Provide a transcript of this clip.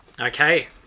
Okay